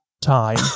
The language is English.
time